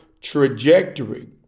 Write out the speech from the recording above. trajectory